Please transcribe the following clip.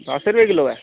दस्स रपेऽ किल्लो ऐ